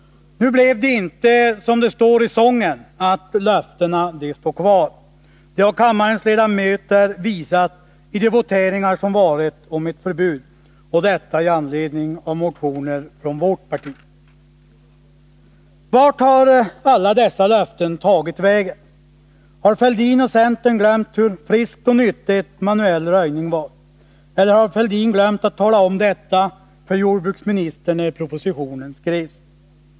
Nu blev det inte så, som det står i sången, att löftena de står kvar. Det har kammarens ledamöter visat i de voteringar om ett förbud som förekommit med anledning av motioner från vårt parti. Vart har alla dessa löften tagit vägen? Har Thorbjörn Fälldin och centern glömt hur friskt och nyttigt det är med manuell röjning? Eller glömde Thorbjörn Fälldin att tala om detta för jordbruksministern, när propositionen skrevs?